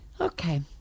Okay